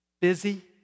busy